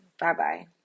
Bye-bye